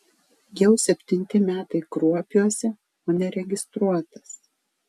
jau septinti metai kruopiuose o neregistruotas